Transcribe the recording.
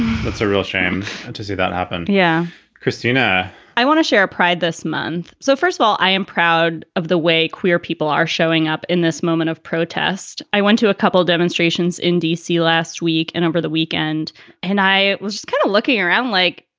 that's a real shame to see that happen. yeah christina, i want to share pride this month. so, first of all, i am proud of the way queer people are showing up in this moment of protest. i went to a couple demonstrations in d c. last week and over the weekend and i was kind of looking around like,